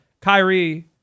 Kyrie